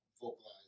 vocalize